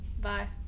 Bye